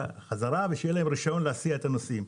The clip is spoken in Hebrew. חזרה ושיהיה להם רישיון להסיע נוסעים.